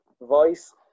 voice